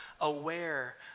aware